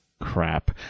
crap